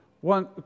one